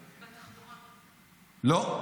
--- לא.